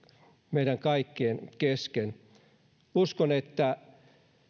meidän kaikkien kesken uskon että